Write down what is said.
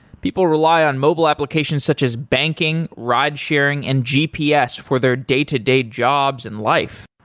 people rely on mobile applications such as banking, ride sharing and gps for their day-to-day jobs in life.